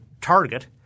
target